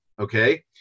okay